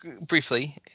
Briefly